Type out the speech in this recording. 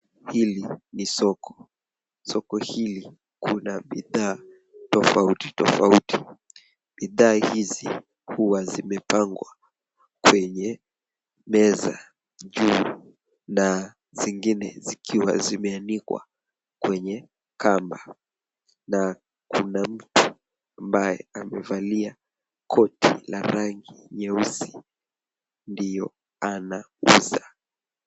Hili ni soko, soko hili kuna bidhaa tofauti tofauti, bidhaa hizi huwa zimepangwa kwenye mezaa juu na zingine zikiwa zimeanikwa kwenye kamba, na kuna mtu ambaye amevalia koti la rangi nyeusi ndio anauza.